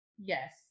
Yes